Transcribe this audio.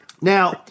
Now